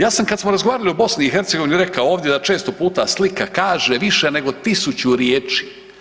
Ja sam kada smo razgovarali u BiH rekao ovdje da često puta slika kaže više nego tisuću riječi.